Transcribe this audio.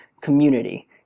Community